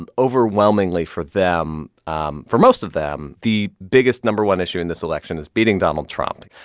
um overwhelmingly for them um for most of them, the biggest number one issue in this election is beating donald trump.